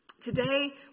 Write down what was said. today